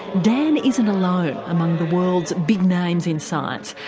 dan isn't alone among the world's big names in science.